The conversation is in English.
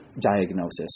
diagnosis